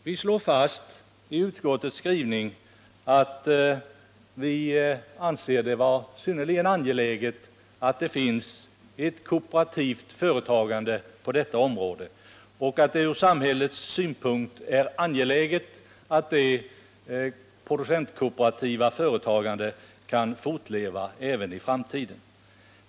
Vi slår fast i utskottets skrivning att vi finaer det synnerligen angeläget att det finns ett kooperativt företagande på detta område och att det ur samhällets synpunkt är viktigt att det producentkooperativa företagandet kan fortleva även i framtiden.